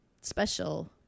special